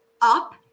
up